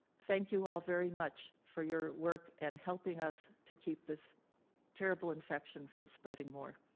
thank you all very much for your work and helping us to keep this terrible infection from spreading more.